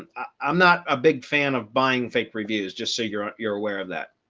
and i'm not a big fan of buying fake reviews just so you're um you're aware of that.